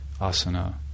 asana